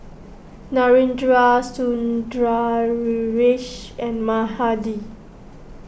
Narendra Sundaresh and Mahade